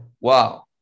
wow